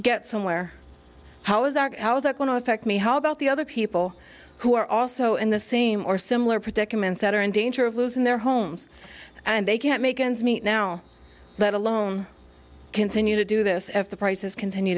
get somewhere how is that how is that going to affect me how about the other people who are also in the same or similar predicaments that are in danger of losing their homes and they can't make ends meet now let alone continue to do this if the prices continue